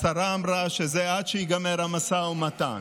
השרה אמרה שזה עד שייגמר המשא ומתן,